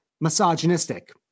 misogynistic